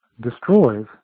destroys